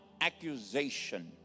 accusation